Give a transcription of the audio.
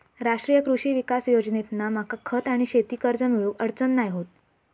राष्ट्रीय कृषी विकास योजनेतना मका खत आणि शेती कर्ज मिळुक अडचण नाय होत